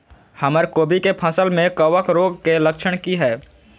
हमर कोबी के फसल में कवक रोग के लक्षण की हय?